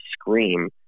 scream